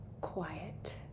quiet